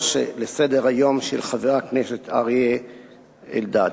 לסדר-היום של חבר הכנסת אריה אלדד.